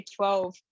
12